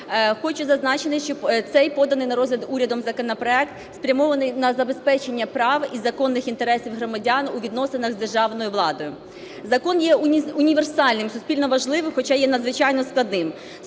хочу зазначити, що цей поданий на розгляд урядом законопроект спрямований на забезпечення прав і законних інтересів громадян у відносинах з державною владою. Закон є універсальним, суспільно важливим, хоча є надзвичайно складним,